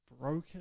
broken